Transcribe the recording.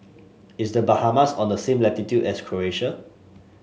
is The Bahamas on the same latitude as Croation